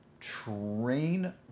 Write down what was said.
train